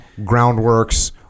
Groundworks